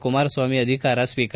ಕುಮಾರಸ್ವಾಮಿ ಅಧಿಕಾರ ಸ್ವೀಕಾರ